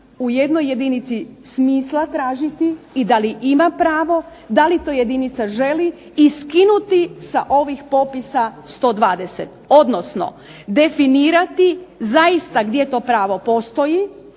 u jednoj jedinici smisla tražiti, da li ima pravo, da li to jedinica želi i skinuti sa ovih popisa 120. Odnosno definirati zaista gdje to pravo postoji,